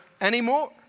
anymore